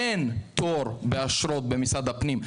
אין תור באשרות של משרד הפנים,